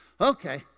Okay